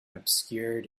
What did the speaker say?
obscured